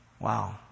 Wow